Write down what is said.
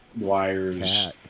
Wires